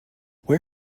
where